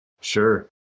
Sure